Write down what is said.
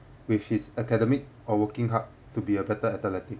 with his academic or working hard to be a better athletic